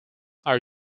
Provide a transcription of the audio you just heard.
are